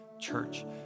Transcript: church